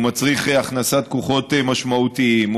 הוא מצריך הכנסת כוחות משמעותיים,